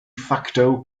facto